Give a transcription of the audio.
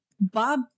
Bob